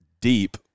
deep